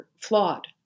flawed